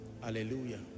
hallelujah